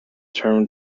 term